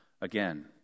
again